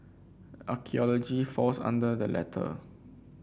archaeology falls under the latter